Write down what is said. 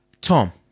Tom